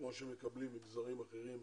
כמו שמקבלים מגזרים אחרים.